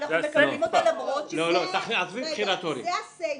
זאת הסיפה.